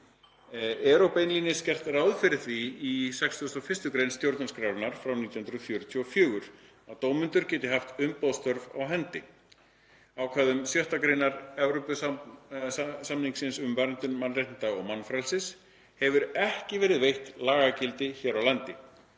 Er og beinlínis ráð fyrir því gert í 61. grein stjórnarskrárinnar frá 1944 ... að dómendur geti haft umboðsstörf á hendi. Ákvæðum 6. greinar Evrópusamnings um verndun mannréttinda og mannfrelsis ... hefur ekki verið veitt lagagildi hér á landi.